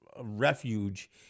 refuge